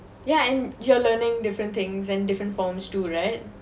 yeah and you're learning different things and different forms too right